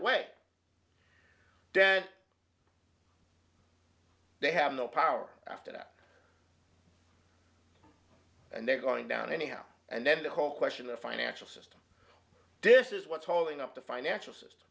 away they have the power after that and they're going down anyhow and then the whole question the financial system this is what's holding up the financial sys